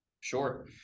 Sure